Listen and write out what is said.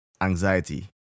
anxiety